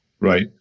Right